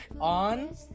on